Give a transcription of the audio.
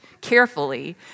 carefully